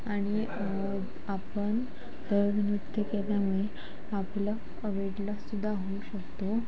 आणि आपण तर नृत्य केल्याने आपलं वेट लॉससुद्धा होऊ शकतो